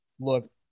Look